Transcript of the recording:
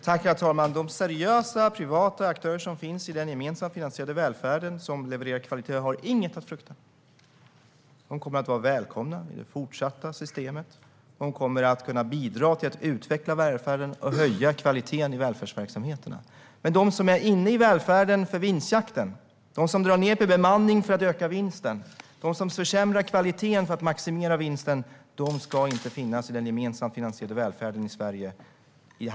Herr talman! De seriösa privata aktörer som finns i den gemensamt finansierade välfärden och som levererar kvalitet har inget att frukta. De kommer att vara välkomna i det fortsatta systemet och kommer att kunna bidra till att utveckla välfärden och höja kvaliteten i välfärdsverksamheterna. Men de som är inne i välfärden för vinstjakten, som drar ned på bemanningen för att öka vinsten och som försämrar kvaliteten för att maximera vinsten ska inte finnas i den gemensamt finansierade välfärden i Sverige.